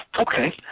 Okay